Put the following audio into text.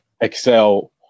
Excel